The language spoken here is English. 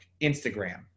Instagram